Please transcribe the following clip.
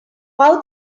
how